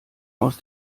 aus